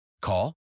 Call